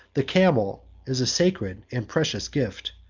the camel is a sacred and precious gift.